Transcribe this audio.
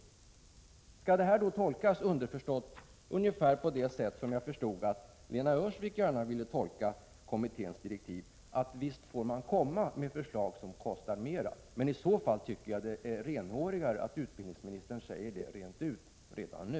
Skall detta alltså underförstått tolkas på det sätt som jag förstår att Lena Öhrsvik gärna vill göra, att kommittén visst får komma med förslag som kostar mera? I så fall tycker jag det vore renhårigare att utbildningsministern sade detta rent ut redan nu.